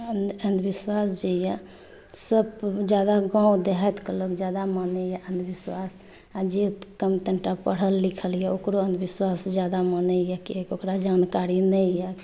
अंधविश्वास जे यऽ सभ जादा गाँव देहातके लोक जादा मानैया अंधविश्वास आ जे कनिटा पढ़ल लिखल यऽ ओकरो अंधविश्वास जादा माने यऽ कियाकि ओकरा जानकारी नहि यऽ